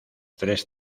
tres